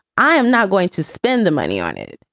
i am not going to spend the money on it.